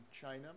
China